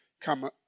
come